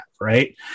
right